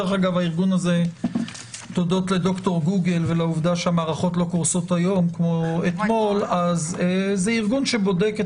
הודות לד"ר גוגל ולמערכות - זה ארגון שבודק את